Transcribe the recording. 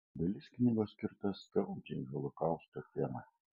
dalis knygos skirta skaudžiai holokausto temai